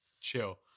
chill